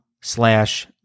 slash